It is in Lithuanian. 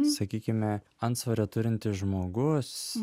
sakykime antsvorio turintis žmogus